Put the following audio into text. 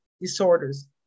disorders